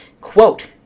quote